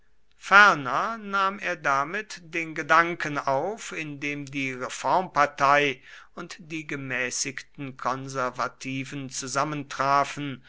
ferner nahm er damit den gedanken auf in dem die reformpartei und die gemäßigten konservativen zusammentrafen